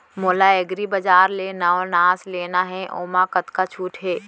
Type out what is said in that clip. मोला एग्रीबजार ले नवनास लेना हे ओमा कतका छूट हे?